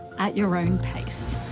at your own pace,